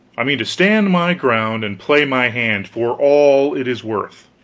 i mean to stand my ground and play my hand for all it is worth.